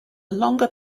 longer